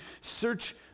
search